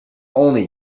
only